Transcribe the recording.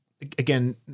Again